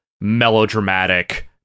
melodramatic